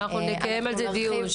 אנחנו נקיים על זה דיון.